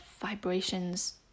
vibrations